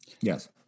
Yes